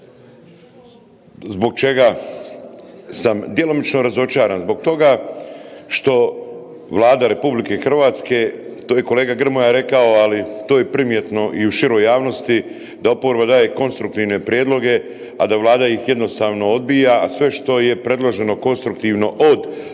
zbog čega sam djelomično razočaran? Zbog toga što Vlada RH to je i kolega Grmoja rekao, ali to je primjetno u široj javnosti da oporba daje konstruktivne prijedloge, a da Vlada ih jednostavno odbija, a sve što je predloženo konstruktivno od Vlade